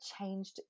changed